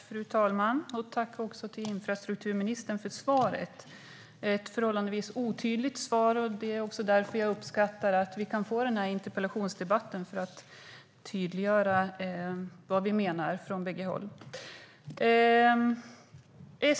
Fru talman! Jag tackar infrastrukturministern för svaret. Det är ett förhållandevis otydligt svar, och därför uppskattar jag att vi kan ha denna interpellationsdebatt och tydliggöra vad vi menar från bägge håll.